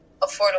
affordable